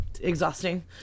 exhausting